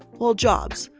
well jobs,